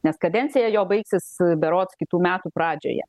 nes kadencija jo baigsis berods kitų metų pradžioje